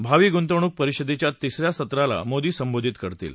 भावी गुंतवणूक परिषदेच्या तिसऱ्या सत्राला मोदी संबोधित करणार आहेत